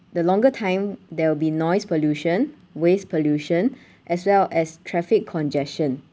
the longer time there will be noise pollution waste pollution as well as traffic congestion